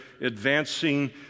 advancing